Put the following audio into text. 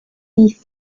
beef